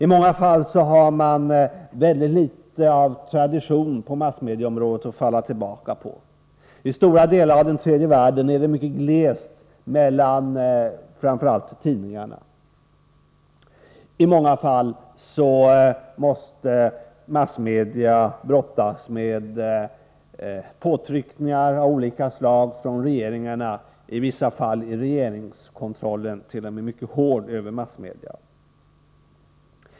I många fall har man mycket litet av tradition på massmedieområdet att falla tillbaka på. I stora delar av den tredje världen är det mycket glest mellan framför allt tidningarna. I många fall måste massmedia brottas med påtryckningar av olika slag från regeringarna. I vissa fall är t.o.m. regeringskontrollen över massmedia mycket hård.